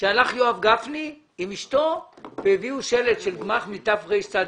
שהלך יואב גפני עם אשתו והביאו שלט של גמ"ח מתרצ"א.